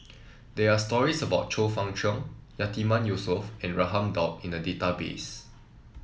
there are stories about Chong Fah Cheong Yatiman Yusof and Raman Daud in the database